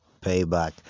payback